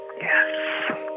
Yes